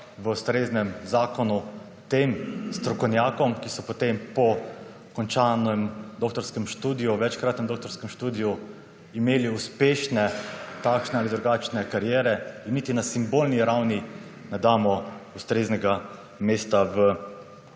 v ustreznem zakonu tem strokovnjakom, ki si potem po končanem večkratnem doktorskem študiju imeli uspešne takšne ali drugačne kariere, jim niti na simbolni ravni ne damo ustreznega mesta v